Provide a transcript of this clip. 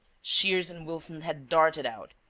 shears and wilson had darted out.